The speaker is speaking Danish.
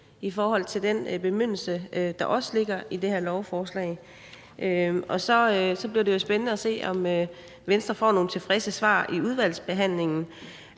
tryg ved den bemyndigelse, der også ligger i det her lovforslag? Det bliver jo så spændende at se, om Venstre får nogle tilfredsstillende svar i udvalgsbehandlingen.